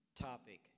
topic